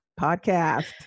podcast